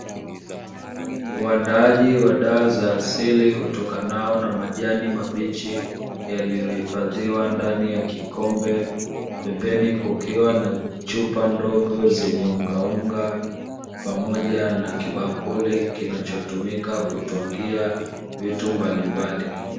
Uandaaji wa dawa za asili utokanayo na majani mabichi, yaliyohifadhiwa ndani ya kikombe. Pembeni kukiwa na chupa ndogo zenye ungaunga, pamoja na kibakuli kinachotumika kutwangia vitu mbalimbali.